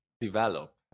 develop